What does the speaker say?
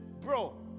bro